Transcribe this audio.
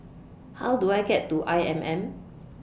How Do I get to I M M